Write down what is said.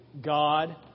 God